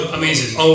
amazing